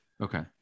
Okay